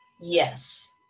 Yes